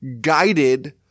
guided